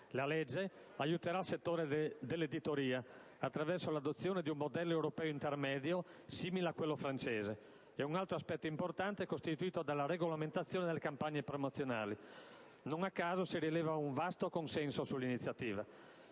La legge aiuterà il settore dell'editoria attraverso l'adozione di un modello europeo intermedio simile a quello francese. Un altro aspetto importante è costituito dalla regolamentazione delle campagne promozionali. Non a caso si rileva un vasto consenso sull'iniziativa: